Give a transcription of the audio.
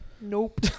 Nope